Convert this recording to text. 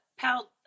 pout